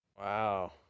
Wow